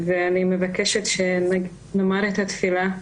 ואני מבקשת שנאמר את התפילה,